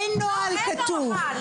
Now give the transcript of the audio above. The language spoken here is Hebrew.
אין נוהל כתוב.